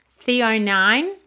theonine